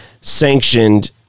sanctioned